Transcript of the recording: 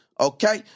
Okay